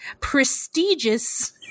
prestigious